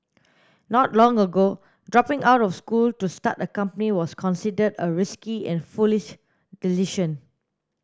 not long ago dropping out of school to start a company was considered a risky and foolish decision